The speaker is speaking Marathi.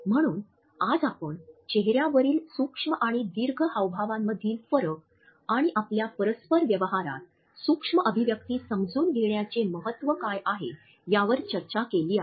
म्हणून आज आपण चेहऱ्यावरील सूक्ष्म आणि दीर्घ हावभावामधील फरक आणि आपल्या परस्पर व्यवहारात सूक्ष्म अभिव्यक्ती समजून घेण्याचे महत्त्व काय आहे यावर चर्चा केली आहे